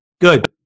Good